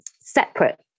separate